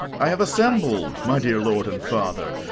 i have assembled, my dear lord and father,